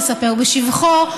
לספר בשבחו,